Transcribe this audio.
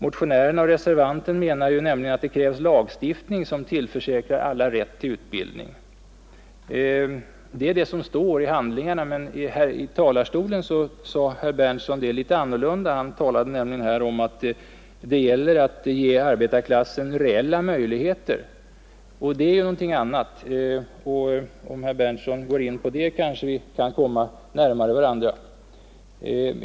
Motionärerna och reservanten menar nämligen att det krävs lagstiftning, som tillförsäkrar alla rätt till utbildning. Så står det i handlingarna, men i talarstolen uttryckte herr Berndtson detta litet annorlunda. Han talade nämligen om att det gäller att ge arbetarklassen reella möjligheter. Det är någonting annat. Om herr Berndtson anser det, kanske vi kan komma närmare varandra.